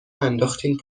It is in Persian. انداختین